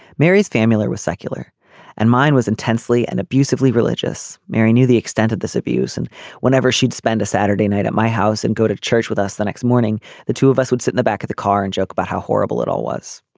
mary's family was secular and mine was intensely and abusively religious. mary knew the extent of this abuse and whenever she'd spend a saturday night at my house and go to church with us the next morning the two of us would sit in the back of the car and joke about how horrible it all was.